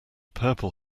purple